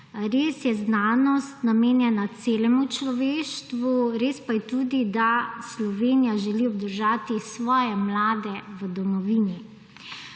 Res je znanost namenjena celemu človeštvu, res pa je tudi, da Slovenija želi obdržati svoje mlade v domovini.